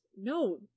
no